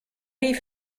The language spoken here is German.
die